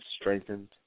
strengthened